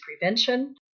prevention